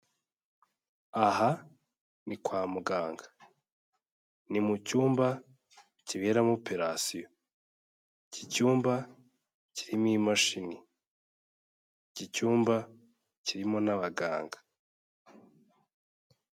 Aha ni kwa muganga, ni mu cyumba kiberamo operasiyo, iki cyumba kirimo imashini, iki cyumba kirimo n'abaganga.